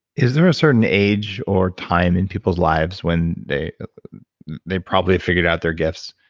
is there a certain age or time in people's lives when they they probably have figured out their gifts?